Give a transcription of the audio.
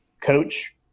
coach